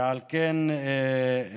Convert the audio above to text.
ועל כן להתחסן,